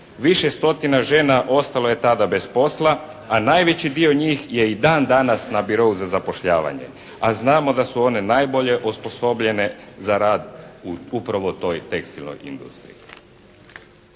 Više stotina žena ostalo je tada bez posla, a najveći dio njih je i dan danas na Birou za zapošljavanje. A znamo da su one najbolje osposobljene za rad u upravo toj tekstilnoj industriji.